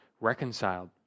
reconciled